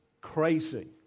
crazy